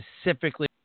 specifically